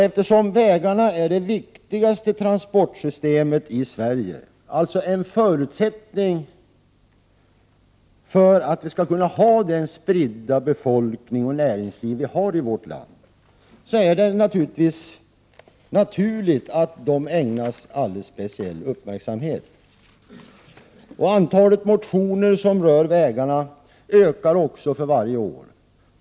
Eftersom vägarna är det viktigaste transportsystemet i Sverige — alltså en förutsättning för att vi skall kunna ha den spridda befolkning och det spridda näringsliv som vi har i vårt land — är det självfallet naturligt att de ägnas en alldeles speciell uppmärksamhet. Antalet motioner som rör vägarna ökar också för varje år.